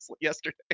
yesterday